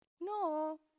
No